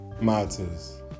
matters